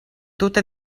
tute